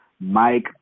Mike